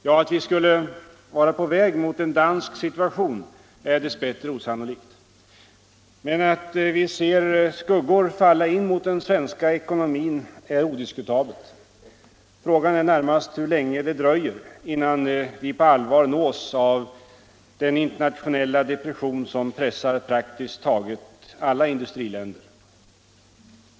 Ja, att vi skulle vara på väg mot en dansk situation är dess bättre osannolikt. Men att vi ser skuggor falla in mot den svenska ekonomin är odiskutabelt. Frågan är närmast hur länge det dröjer, innan vi på allvar nås av den internationella depression som pressar praktiskt taget alla industriländer.